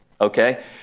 Okay